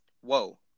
Whoa